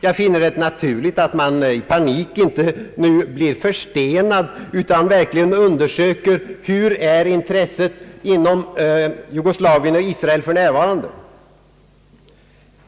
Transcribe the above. Jag finner det naturligt att man nu inte i panik blir förstenad utan verkligen undersöker hur intresset inom Jugoslavien och Israel för närvarande är.